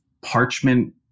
parchment